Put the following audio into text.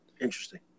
interesting